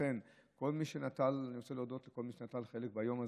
לכן אני רוצה להודות לכל מי שנטל חלק ביום הזה,